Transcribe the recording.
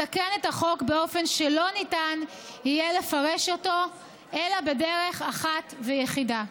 אתקן את החוק באופן שלא ניתן יהיה לפרש אותו אלא בדרך אחת ויחידה.